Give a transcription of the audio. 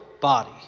body